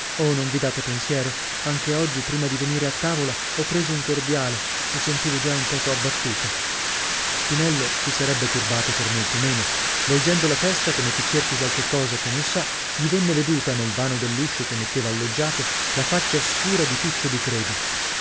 oh non vi date pensiero anche oggi prima di venire a tavola ho preso un cordiale mi sentivo già un poco abbattuta spinello si sarebbe turbato per molto meno volgendo la testa come chi cerchi qualche cosa che non sa gli venne veduta nel vano dell'uscio che metteva al loggiato la faccia scura di tuccio di credi